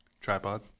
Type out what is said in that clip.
tripod